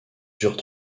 durent